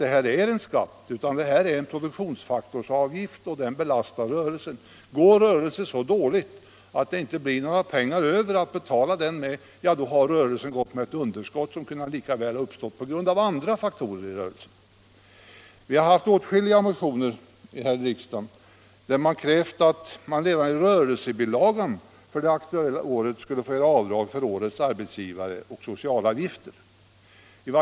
Det här är alltså inte en skatt utan en produktionsfaktorsavgift, och den belastar rörelsen. Går rörelsen så dåligt att det inte blir några pengar över att betala denna avgift med, då har rörelsen gått med ett underskott som lika väl kunde ha uppstått på grund av andra faktorer i rörelsen. Det har framställts åtskilliga önskemål här i riksdagen om att man redan i rörelsebilagan för det aktuella året skulle få göra avdrag för årets arbetsgivaroch socialavgifter.